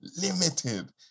limited